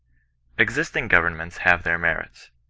existing governments have their merits.